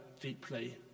deeply